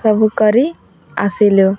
ସବୁ କରି ଆସିଲୁ